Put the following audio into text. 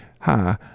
Hi